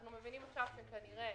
אנחנו מבינים עכשיו שכנראה